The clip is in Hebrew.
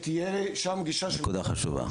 שתהיה שם גישה --- נקודה חשובה.